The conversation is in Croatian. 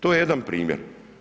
To je jedan primjer.